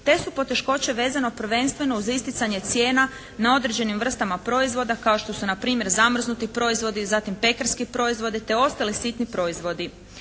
Te su poteškoće vezano prvenstveno za isticanje cijena na određenim vrstama proizvoda kao što su npr. zamrznuti proizvodi, zatim pekarske proizvode te ostali sitni proizvodi.